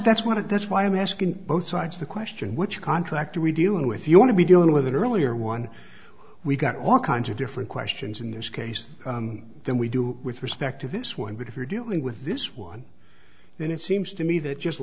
that's what it that's why i'm asking both sides of the question which contract are we dealing with you want to be dealing with an earlier one we've got all kinds of different questions in this case then we do with respect to this one but if you're dealing with this one then it seems to me that just